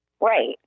Right